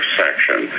section